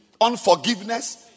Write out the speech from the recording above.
Unforgiveness